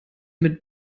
mit